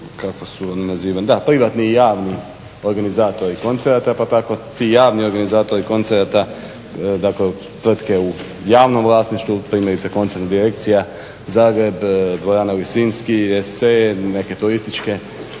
privatni i javni organizatori koncerata pa tako ti javni organizatori koncerata dakle tvrtke u javnom vlasništvu primaju se koncem direkcija Zagreb, dvorana Lisinski, SC, neke turističke